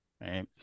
Right